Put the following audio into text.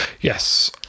yes